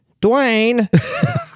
Dwayne